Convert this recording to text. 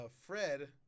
Fred